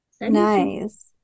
Nice